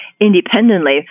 independently